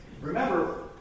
Remember